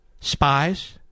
Spies